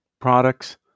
products